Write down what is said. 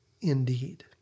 indeed